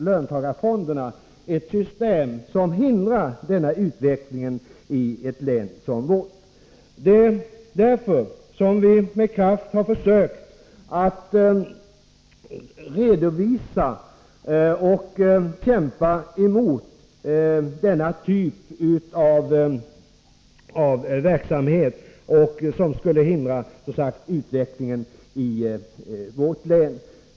Löntagarfonderna är ett system som hindrar denna utveckling i ett län som vårt. Det är därför som vi med kraft har försökt att redovisa nackdelarna och att kämpa emot denna typ av verksamhet, som skulle hindra utvecklingen i vårt län.